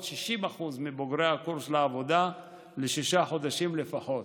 60% מבוגרי הקורס לעבודה לשישה חודשים לפחות.